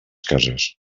cases